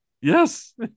Yes